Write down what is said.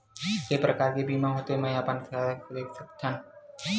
के प्रकार के बीमा होथे मै का अपन बैंक से एक साथ सबो ला देख सकथन?